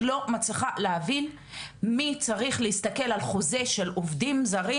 אני לא מצליחה להבין מי צריך להסתכל על חוזה של עובדים זרים,